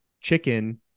chicken